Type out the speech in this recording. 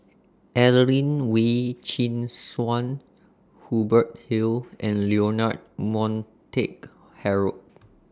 Adelene Wee Chin Suan Hubert Hill and Leonard Montague Harrod